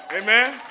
Amen